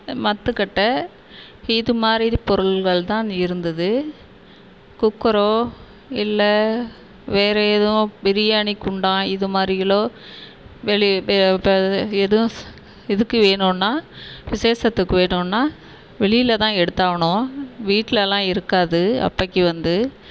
மத்துக்கட்டை இதுமாதிரி இது பொருள்கள் தான் இருந்தது குக்கரோ இல்லை வேறு எதுவும் பிரியாணி குண்டான் இதுமாதிரிகளோ வெளிய எதுவும் இதுக்கு வேணுன்னால் விசேஷத்துக்கு வேணுன்னால் வெளியில் தான் எடுத்தாகணும் வீட்டிலலாம் இருக்காது அப்பைக்கி வந்து